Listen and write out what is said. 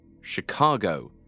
Chicago